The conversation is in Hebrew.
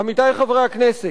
עמיתי חברי הכנסת,